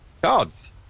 gods